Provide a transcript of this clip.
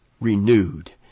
renewed